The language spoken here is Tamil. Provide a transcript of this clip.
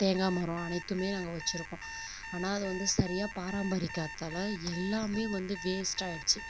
தேங்காய் மரம் அனைத்துமே நாங்கள் வச்சுருக்கோம் ஆனால் அது வந்து சரியாக பாரம்பரிக்காத்தால் எல்லாமே வந்து வேஸ்ட்டாகிடுச்சி